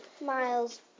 miles